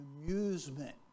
amusement